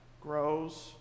grows